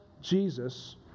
Jesus